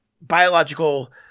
biological